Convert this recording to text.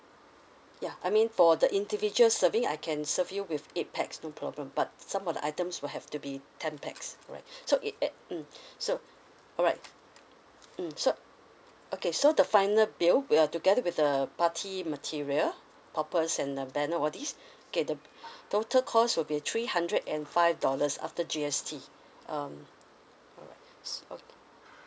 ya I mean for the individual serving I can serve you with eight pax no problem but some of the items will have to be ten pax alright so it at mm so alright mm so okay so the final bill together with the party material poppers and uh banner all these okay the total cost will be three hundred and five dollars after G_S_T um alright s~ okay